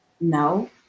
No